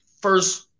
first